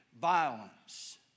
violence